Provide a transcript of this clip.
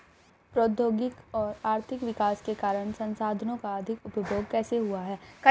प्रौद्योगिक और आर्थिक विकास के कारण संसाधानों का अधिक उपभोग कैसे हुआ है?